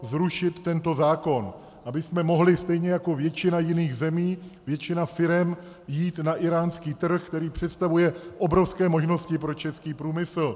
Zrušit tento zákon, abychom mohli stejně jako většina jiných zemí, většina firem jít na íránský trh, který představuje obrovské možnosti pro český průmysl.